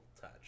touch